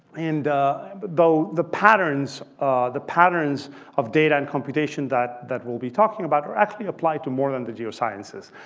and though the patterns the patterns of data and computation that that we'll be talking about are actually applied to more than the geosciences.